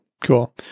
Cool